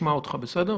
ואשמע אותך, בסדר?